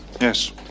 Yes